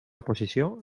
posició